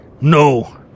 No